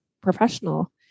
professional